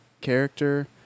character